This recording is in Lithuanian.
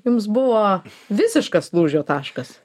jums buvo visiškas lūžio taškas